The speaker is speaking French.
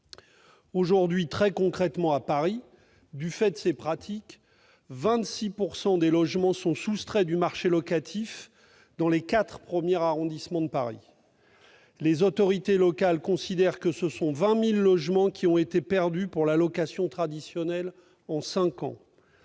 Aujourd'hui, très concrètement, du fait de ces pratiques, quelque 26 % des logements sont soustraits du marché locatif dans les quatre premiers arrondissements de Paris. Les autorités locales considèrent que 20 000 logements ont été perdus pour la location traditionnelle en cinq ans.